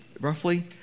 roughly